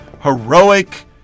heroic